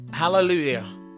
Hallelujah